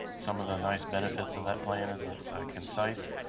some of the nice benefits of that plan is it's concise.